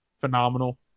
phenomenal